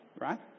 right